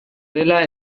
dela